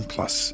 Plus